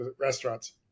restaurants